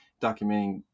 documenting